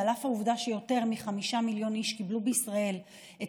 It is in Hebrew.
ועל אף העובדה שיותר מחמישה מיליון איש קיבלו בישראל את